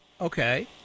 Okay